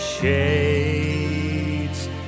shades